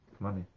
Money